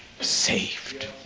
saved